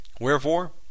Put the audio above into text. Wherefore